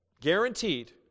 guaranteed